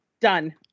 done